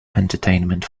entertainment